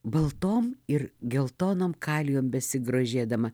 baltom ir geltonom kalijom besigrožėdama